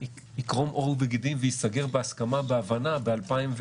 יקרום עור וגידים וייסגר בהסכמה, בהבנה ב-2021.